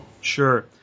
sure